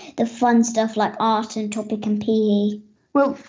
the fun stuff like art and topic and pe well,